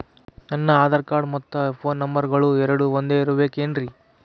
ನನ್ನ ಆಧಾರ್ ಕಾರ್ಡ್ ಮತ್ತ ಪೋನ್ ನಂಬರಗಳು ಎರಡು ಒಂದೆ ಇರಬೇಕಿನ್ರಿ?